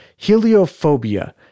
Heliophobia